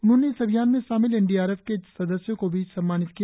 उन्होंने इस अभियान में शामिल एन डी आर एफ के सदस्यों को भी सम्मानित किया